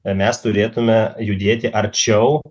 mes turėtume judėti arčiau